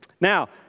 Now